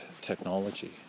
technology